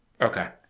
okay